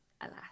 Alas